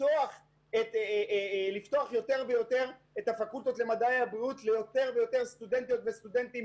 לפתוח את הפקולטות למדעי הבריאות ליותר ויותר סטודנטיות וסטודנטים,